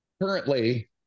currently